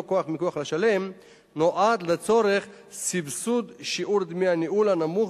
כוח מיקוח לשלם נועד לצורך סבסוד שיעור דמי הניהול הנמוך